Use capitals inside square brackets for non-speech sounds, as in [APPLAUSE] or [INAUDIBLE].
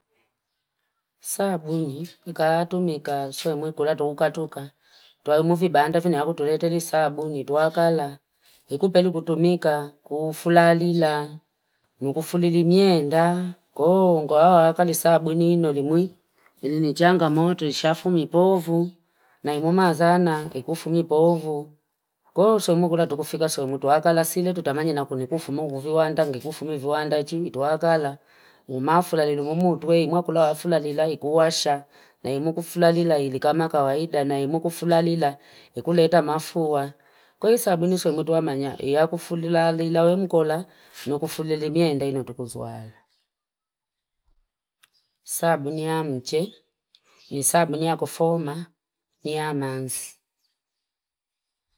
Sabuni, mka hatu mika, soe mwi kulatu kukatuka. [NOISE] Tua umuvi banda vina ya kutulete li sabuni, ituwakala. Hiku peli kutumika, kufula lila, [NOISE] mkufuli li mienda. Koo, mkua wakali sabuni ino li mwi. Hili nijanga moto, ishafu mipovu. Naimu mazana, kikufu mipovu. Koo, soe mwi kulatu kufika, soe mwi ituwakala. Sile tutamanyi na kuni kufu mwu viwanda, kikufu mwi viwanda. Kwa hili, ituwakala. Umafula lili, mwumutwe. Imu akula wafula lila, ikuwasha. Naimu kufula lila, hili kama kawaida. Naimu kufula lila, ikuleta mafuwa. Koi sabuni soe mtuwamanya. Ia kufulila lila. Uemkula, nukufuli li mie indayina tukuzuala. Sabuni yameche, yisabuni ya kufuma, [NOISE] yamensi.